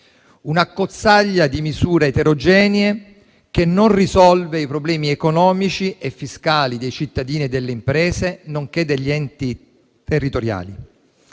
un'accozzaglia di misure eterogenee che non risolve i problemi economici e fiscali dei cittadini e delle imprese nonché degli enti territoriali.